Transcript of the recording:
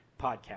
podcast